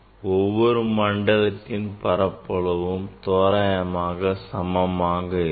ஒவ்வொரு மண்டலத்தின் பரப்பளவும் தோராயமாக சமமாக இருக்கும்